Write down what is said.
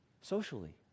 socially